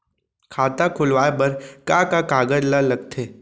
खाता खोलवाये बर का का कागज ल लगथे?